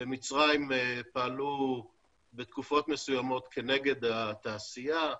במצרים פעלו בתקופות מסוימות כנגד התעשייה,